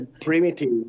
primitive